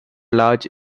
large